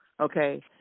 Okay